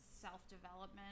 self-development